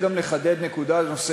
אחד מהמרכיבים,